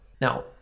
Now